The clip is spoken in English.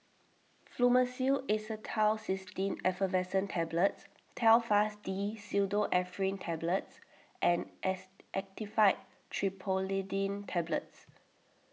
Fluimucil Acetylcysteine Effervescent Tablets Telfast D Pseudoephrine Tablets and S Actifed Triprolidine Tablets